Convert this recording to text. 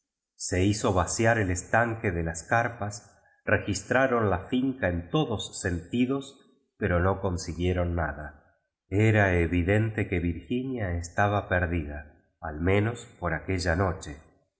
se hizo vaciar id estanque de las carpas registraron iu inca en todos sentidos pero no oqiipieron nada tira evidente que virginia estaba perdida al menos por aquella noche y